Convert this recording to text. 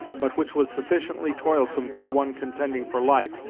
but which was sufficiently toilsome for one contending for life,